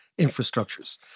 infrastructures